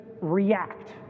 react